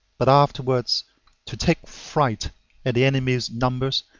but afterwards to take fright at the enemy's numbers,